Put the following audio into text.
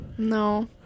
No